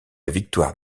victoire